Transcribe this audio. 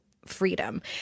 freedom